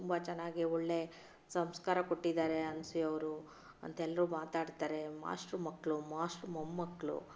ತುಂಬ ಚೆನ್ನಾಗಿ ಒಳ್ಳೆಯ ಸಂಸ್ಕಾರ ಕೊಟ್ಟಿದ್ದಾರೆ ಅನಸೂಯ ಅವರು ಅಂತ ಎಲ್ಲರೂ ಮಾತಾಡ್ತಾರೆ ಮಾಸ್ಟ್ರು ಮಕ್ಕಳು ಮಾಸ್ಟ್ರು ಮೊಮ್ಮಕ್ಕಳು